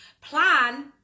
plan